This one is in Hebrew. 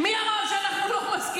אנחנו מסכימים, מי אמר שאנחנו לא מסכימים?